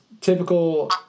typical –